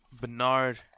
Bernard